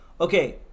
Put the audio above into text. Okay